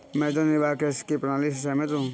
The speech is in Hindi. मैं तो निर्वाह कृषि की प्रणाली से सहमत हूँ